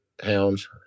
hounds